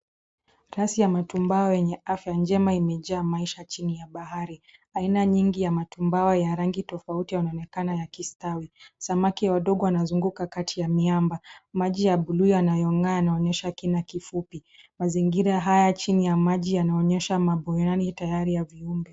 Rasi ya matumbawa yenye afya njema imejaa maisha chini ya bahari. Aina nyingi ya matumbawa ya rangi tofauti yanaonekana yaki stawi. Samaki wadogo wanazunguka kati ya miamba. Maji ya buluu yanayoong'aa yanaonesha kina kifupi. Mazingira haya chini ya maji yanaonyesha maboyani tayari ya viumbe.